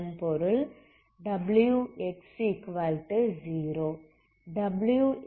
இதன் பொருள் wx0